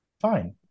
fine